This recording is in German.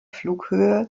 flughöhe